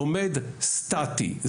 עומד סטטי,